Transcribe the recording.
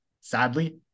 sadly